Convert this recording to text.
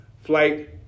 flight